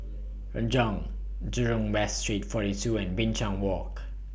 Renjong Jurong West Street forty two and Binchang Walk